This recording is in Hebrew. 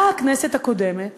באה הכנסת הקודמת